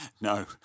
No